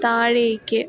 താഴേക്ക്